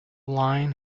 line